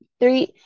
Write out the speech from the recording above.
three